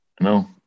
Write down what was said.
No